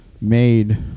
made